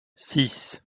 six